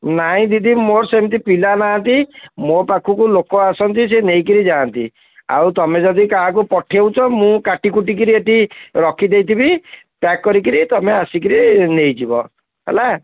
ନାହିଁ ଦିଦି ମୋର ସେମିତି ପିଲା ନାହାନ୍ତି ମୋ ପାଖକୁ ଲୋକ ଆସନ୍ତି ସେ ନେଇକରି ଯାଆନ୍ତି ଆଉ ତମେ ଯଦି କାହାକୁ ପଠାଉଛ ମୁଁ କାଟିକୁଟି କରି ଏଠି ରଖି ଦେଇଥିବି ପ୍ୟାକ୍ କରିକିରି ତମେ ଆସିକି ନେଇଯିବ ହେଲା